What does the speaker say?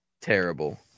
Terrible